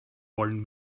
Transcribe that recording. wollen